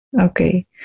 Okay